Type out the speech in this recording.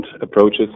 approaches